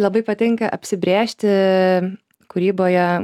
labai patinka apsibrėžti kūryboje